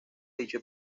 dicho